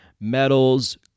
metals